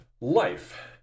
life